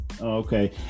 okay